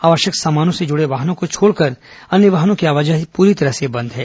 आवश्यक सामानों से जुड़े वाहनों को छोड़कर अन्य वाहनों की आवाजाही पूरी तरह से बंद है